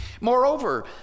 Moreover